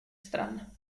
stran